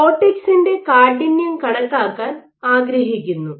കോർട്ടക്സിന്റെ കാഠിന്യം കണക്കാക്കാൻ ആഗ്രഹിക്കുന്നു